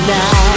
now